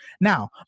Now